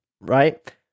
right